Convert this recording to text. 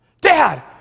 Dad